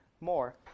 more